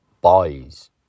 Boys